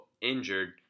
injured